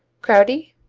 crowdie,